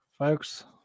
Folks